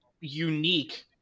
unique